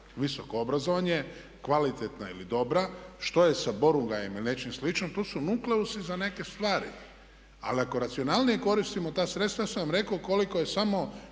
visoko obrazovanje, kvalitetna ili dobra, što je sa Borongajem ili nečim slično. Tu su nukleusi za neke stvari. Ali ako racionalnije koristimo ta sredstva. Ja sam vam reko ukoliko je samo